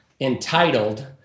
entitled